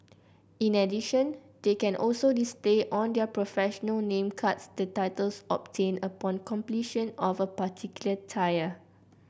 in addition they can also display on their professional name cards the titles obtained upon completion of a particular tier